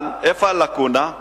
אבל איפה הלקונה?